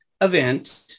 event